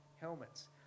helmets